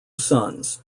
sons